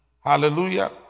hallelujah